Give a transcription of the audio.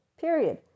period